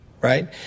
right